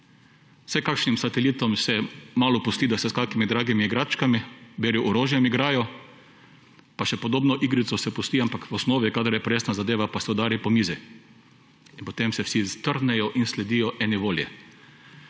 s kakšnim satelitom se malo pusti, da se s kakšnimi dragimi igračkami / nerazumljivo/ orožjem igrajo pa še podobno igrico se pusti, ampak v osnovi, kadar je pa resna zadeva pa se udari po mizi in potem se vsi strdnejo in sledijo eni volji,